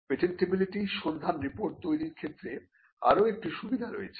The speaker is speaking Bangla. পেটেন্টিবিলিটি সন্ধান রিপোর্ট তৈরির ক্ষেত্রে আরো একটি সুবিধা রয়েছে